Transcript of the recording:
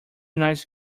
nice